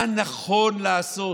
מה נכון לעשות.